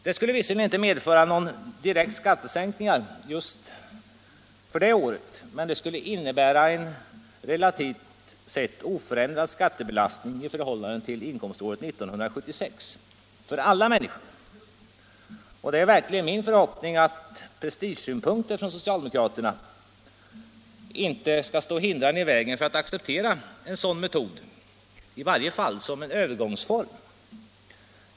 Det skulle visserligen inte medföra några direkta skattesänkningar för det året, men det skulle innebära en relativt sett oförändrad skattebelastning i förhållande fill inkomståret 1976 för alla människor. Det är verkligen min förhoppning att prestigesynpunkter från socialdemokraterna inte skall stå hindrande i vägen för att acceptera en sådan metod, i varje fall som en övergångsform.